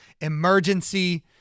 emergency